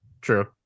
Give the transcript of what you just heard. true